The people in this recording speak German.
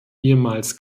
ehemals